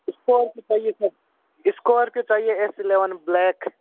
Scorpio चाहिए sir Scorpio चाहिए S eleven black